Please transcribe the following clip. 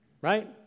Right